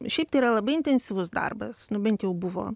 šiaip tai yra labai intensyvus darbas nu bent jau buvo